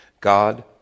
god